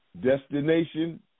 Destination